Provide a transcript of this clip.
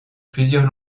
plusieurs